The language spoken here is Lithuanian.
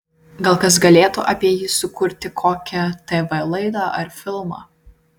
gal kas galėtų apie jį sukurti kokią tv laidą ar filmą